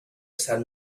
sant